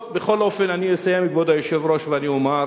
טוב, בכל אופן אני אסיים, כבוד היושב-ראש, ואומר